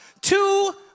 two